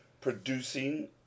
producing